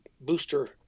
booster